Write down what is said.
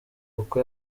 kuko